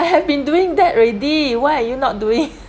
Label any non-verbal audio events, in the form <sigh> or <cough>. I have been doing that already why are you not doing <laughs>